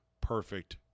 perfect